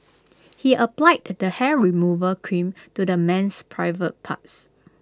he applied the hair removal cream to the man's private parts